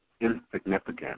insignificant